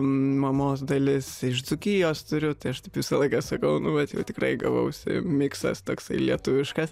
mamos dalis iš dzūkijos turiu tai aš taip visą laiką sakau nu vat jau tikrai gavausi miksas toksai lietuviškas